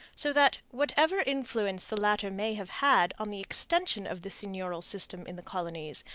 so that, whatever influence the latter may have had on the extension of the seigneurial system in the colonies,